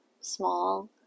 small